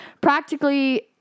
practically